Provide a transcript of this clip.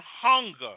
hunger